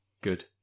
Good